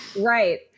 Right